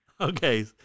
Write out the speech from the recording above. Okay